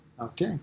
Okay